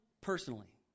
personally